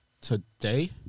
today